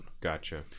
Gotcha